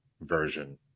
version